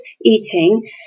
eating